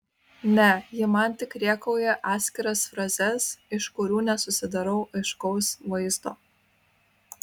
ne ji man tik rėkauja atskiras frazes iš kurių nesusidarau aiškaus vaizdo